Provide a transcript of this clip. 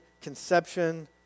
conception